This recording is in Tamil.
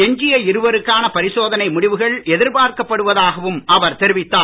எஞ்சிய இருவருக்கான பரிசோதனை முடிவுகள் எதிர்பார்க்கப் படுவதாகவும் அவர் தெரிவித்தார்